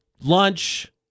lunch